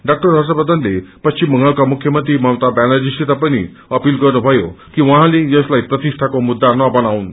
डा हर्षवर्धनले पश्चिम बंगालका मुख्यमंत्री ममता व्यानर्जीसित पनि अपील गनुीयो कि उाहाँले यसलाइ प्रतिष्ठाको मुद्दा नबनाउन्